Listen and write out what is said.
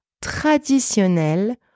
traditionnel